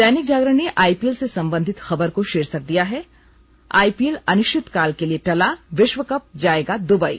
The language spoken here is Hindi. दैनिक जागरण ने आईपीएल से संबंधित खबर को शीर्षक दिया है आईपीएल अनिश्चितकाल के लिए टला विश्वकप जाएगा द्वबई